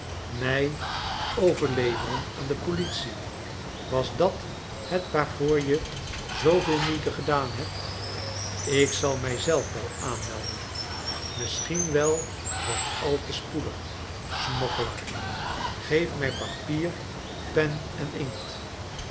mij overleveren aan de politie was dat het waarvoor je zooveel moeite gedaan hebt ik zal mij zelf wel aanmelden misschien wel wat al te spoedig smokkelaar geef mij papier pen en inkt